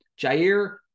Jair